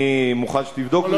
אני מוכן שתבדוק את זה,